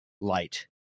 light